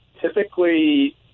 Typically